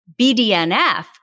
BDNF